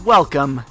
Welcome